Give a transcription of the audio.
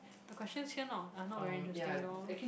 the questions here not are not very interesting though